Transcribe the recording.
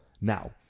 Now